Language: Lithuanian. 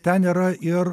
ten yra ir